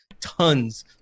tons